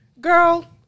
Girl